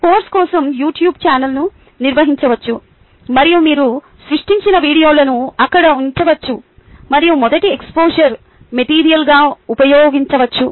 course కోసం YouTube ఛానెల్ను నిర్వహించవచ్చు మరియు మీరు సృష్టించిన వీడియోలను అక్కడ ఉంచవచ్చు మరియు మొదటి ఎక్స్పోజర్ మెటీరియల్గా ఉపయోగించవచ్చు